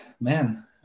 man